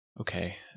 Okay